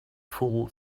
full